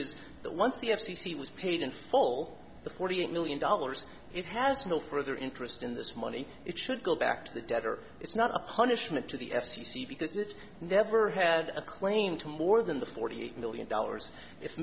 is that once the f c c was paid in full the forty eight million dollars it has no further interest in this money it should go back to the debtor it's not a punishment to the f c c because it never had a claim to more than the forty eight million dollars i